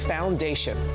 Foundation